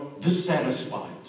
dissatisfied